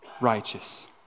righteous